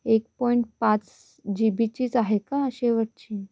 एक पॉईंट पाच जी बीचीच आहे का शेवटची